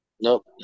Nope